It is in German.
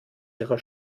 ihrer